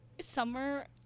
summer